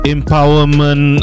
Empowerment